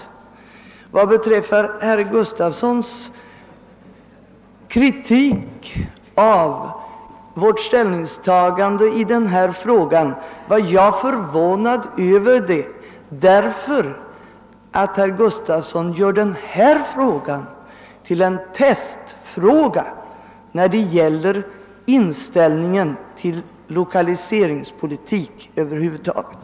Vad slutligen beträffar herr Gustafsons i Göteborg kritik av vårt ställningstagande i denna fråga är jag förvånad över den, därför att herr Gustafson gör detta till en testfråga om inställningen till lokaliseringspolitik över huvud taget.